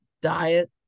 diet